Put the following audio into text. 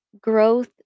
growth